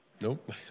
Nope